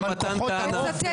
אבל "כוחות האופל" --- אני מצטטת.